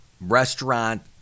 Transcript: restaurant